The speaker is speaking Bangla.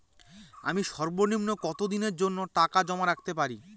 আমি সর্বনিম্ন কতদিনের জন্য টাকা জমা রাখতে পারি?